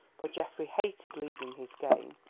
for geoffrey hated leaving his game,